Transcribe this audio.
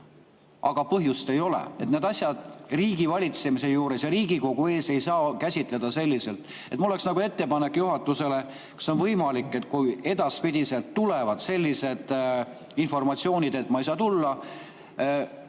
aga põhjust ei ole. Neid asju riigivalitsemise juures ja Riigikogu ees ei saa käsitleda selliselt. Mul oleks ettepanek juhatusele. Kas on võimalik, et kui edaspidi tuleb selline informatsioon, et ma ei saa tulla,